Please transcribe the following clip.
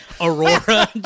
Aurora